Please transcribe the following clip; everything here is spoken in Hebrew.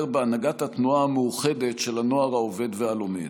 בהנהגת התנועה המאוחדת של הנוער העובד והלומד.